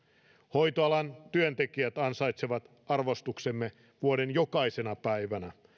hoitoalan työntekijät ansaitsevat arvostuksemme vuoden jokaisena päivänä